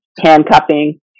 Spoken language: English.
handcuffing